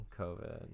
COVID